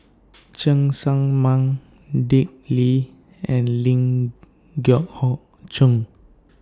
Cheng Tsang Man Dick Lee and Ling Geok Choon